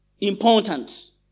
important